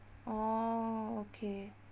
orh okay